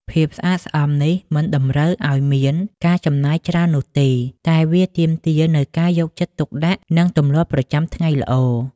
ភាពស្អាតស្អំនេះមិនតម្រូវឲ្យមានការចំណាយច្រើននោះទេ តែវាទាមទារនូវការយកចិត្តទុកដាក់ និងទម្លាប់ប្រចាំថ្ងៃល្អ។